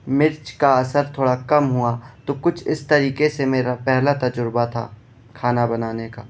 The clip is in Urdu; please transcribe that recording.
مرچ کا اثر تھوڑا کم ہوا تو کچھ اس طریقے سے میرا پہلا تجربہ تھا کھانا بنانے کا